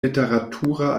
literatura